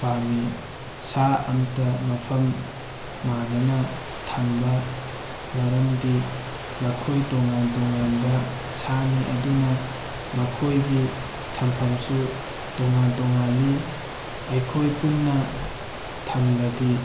ꯄꯥꯝꯃꯤ ꯁꯥ ꯑꯃꯇ ꯃꯐꯝ ꯃꯥꯟꯅꯅ ꯊꯝꯕ ꯃꯔꯝꯗꯤ ꯃꯈꯣꯏ ꯇꯣꯉꯥꯟ ꯇꯣꯉꯥꯟꯕ ꯁꯥꯅꯤ ꯑꯗꯨꯅ ꯃꯈꯣꯏꯒꯤ ꯊꯝꯐꯝꯁꯨ ꯇꯣꯉꯥꯟ ꯇꯣꯉꯥꯜꯂꯤ ꯑꯩꯈꯣꯏ ꯄꯨꯟꯅ ꯊꯝꯂꯗꯤ